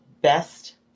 best